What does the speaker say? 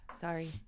Sorry